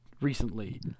recently